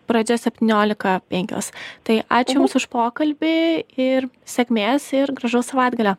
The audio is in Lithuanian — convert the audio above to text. pradžia septyniolika penkios tai ačiū jums už pokalbį ir sėkmės ir gražaus savaitgalio